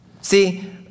See